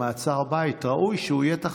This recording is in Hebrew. יש חברות כנסת שאמרו שהן נגד זה,